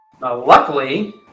Luckily